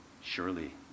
surely